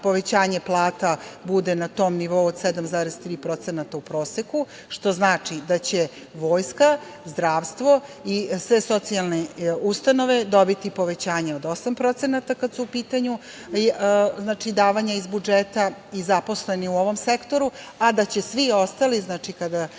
da povećanje plata buce na tom nivou od 7,3% u proseku što znači da će vojska, zdravstvo i sve socijalne ustanove dobiti povećanje od 8% kada je u pitanju davanje iz budžeta i zaposleni u ovom sektoru, a da će svi ostali kada